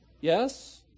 Yes